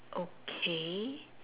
okay